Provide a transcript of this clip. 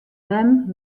mem